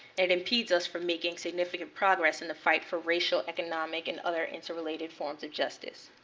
it impedes us from making significant progress in the fight for racial economic and other interrelated forms of justice.